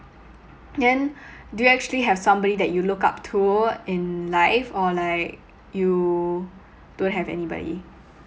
then do you actually have somebody that you look up to in life or like you don't have anybody